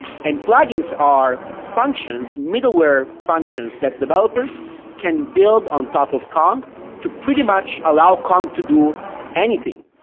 and plugins are functions, middleware functions that developers can build on top of kong to pretty much allow kong to do anything.